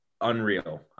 unreal